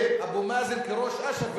זה אבו מאזן כראש אש"ף,